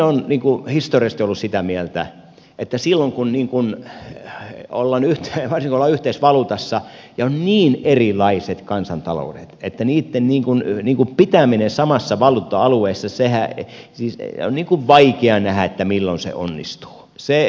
minäkin olen historiallisesti ollut sitä mieltä että varsinkin kun ollaan yhteisvaluutassa ja on niin erilaiset kansantaloudet niin niitten pitäminen samassa valuutta alueessa on vaikea nähdä milloin se onnistuu